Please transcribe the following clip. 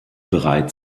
bereit